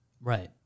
Right